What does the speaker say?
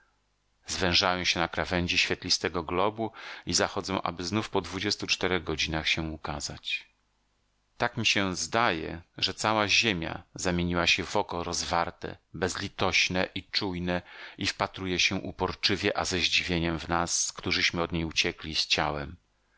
zwężają się na krawędzi świetlistego globu i zachodzą aby znów po dwudziestu czterech godzinach się ukazać tak mi się zdaje że cała ziemia zamieniła się w oko rozwarte bezlitośne i czujne i wpatruje się uporczywie a ze zdziwieniem w nas którzyśmy od niej uciekli z ciałem